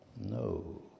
No